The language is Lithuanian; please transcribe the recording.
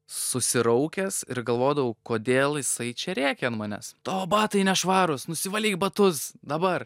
susiraukęs ir galvodavau kodėl jisai čia rėkia an manęs tavo batai nešvarūs nusivalyk batus dabar